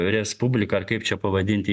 respublika ar kaip čia pavadinti